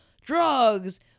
drugs